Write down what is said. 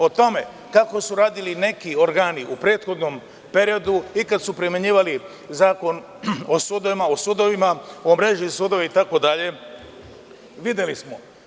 O tome kako su radili neki organi u prethodnom periodu i kad su primenjivali Zakon o sudovima, o mreži sudova itd. videli smo.